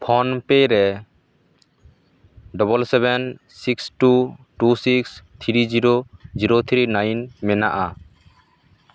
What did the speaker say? ᱯᱷᱳᱱᱯᱮ ᱨᱮ double seven six two two six three zero zero three nine ᱢᱮᱱᱟᱜᱼᱟ